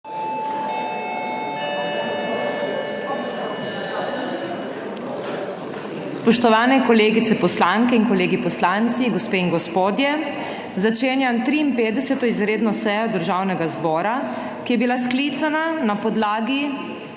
Spoštovani kolegice poslanke in kolegi poslanci, gospe in gospodje! Začenjam 53. izredno sejo Državnega zbora, ki je bila sklicana na podlagi